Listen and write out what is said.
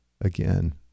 again